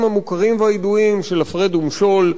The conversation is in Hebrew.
המוכרים והידועים של "הפרד ומשול",